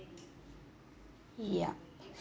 yup